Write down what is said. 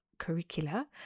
curricula